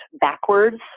backwards